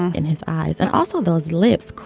in his eyes and also those lips.